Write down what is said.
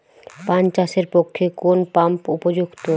পান চাষের পক্ষে কোন পাম্প উপযুক্ত?